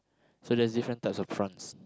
so there's different types of prawns